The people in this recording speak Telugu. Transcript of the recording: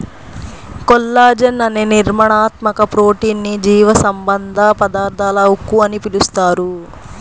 కొల్లాజెన్ అనే నిర్మాణాత్మక ప్రోటీన్ ని జీవసంబంధ పదార్థాల ఉక్కు అని పిలుస్తారు